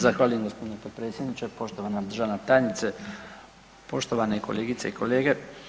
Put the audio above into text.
Zahvaljujem gospodine potpredsjedniče, poštovana državna tajnice, poštovane kolegice i kolege.